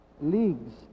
leagues